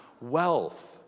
wealth